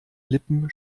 lippen